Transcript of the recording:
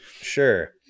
Sure